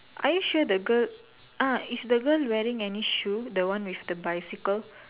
are you sure the girl ah is the girl wearing any shoe the one with the bicycle